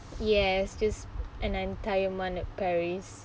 yes is an entire month at paris